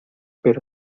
pero